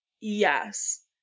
Yes